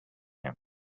him